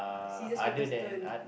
scissors paper stone